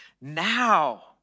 now